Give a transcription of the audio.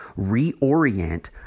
reorient